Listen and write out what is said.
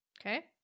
Okay